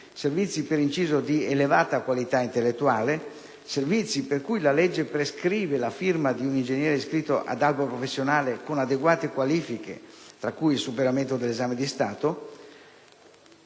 servizi, per inciso, di elevata qualità intellettuale, servizi per cui la legge prescrive la firma di un ingegnere iscritto ad albo professionale con adeguate qualifiche (tra cui il superamento dell'esame di Stato),